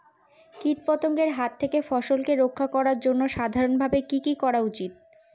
কীটপতঙ্গের হাত থেকে ফসলকে রক্ষা করার জন্য সাধারণভাবে কি কি করা উচিৎ?